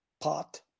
pot